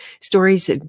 stories